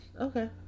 Okay